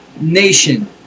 nation